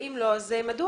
ואם לא מדוע?